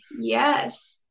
Yes